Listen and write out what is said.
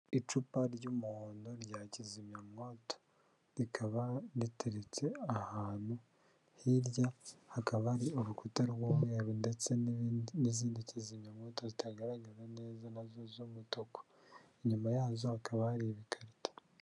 Icupa ry'umuhondo rya kizimyamwoto rikaba riteretse ahantu, hirya hakaba hari urukuta rw'umweru ndetse n'izindi kizimyamwoto zitagaragara neza nazo z'umutuku, inyuma yazo hakaba hari ibikarito.